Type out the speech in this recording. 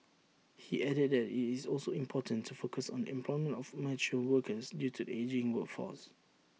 he added that IT is also important to focus on the employment of mature workers due to the ageing workforce